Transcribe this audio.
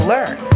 Learn